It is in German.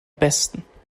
besten